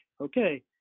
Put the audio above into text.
okay